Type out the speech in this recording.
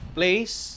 Place